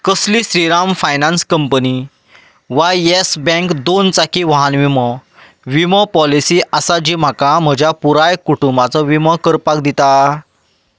कसली Shriram finance company वा Yes Bank दोन चाकी वाहन विमो विमो पॉलिसी आसा जी म्हाका म्हज्या पुराय कुटुंबाचो विमो करपाक दिता